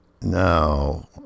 Now